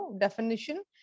definition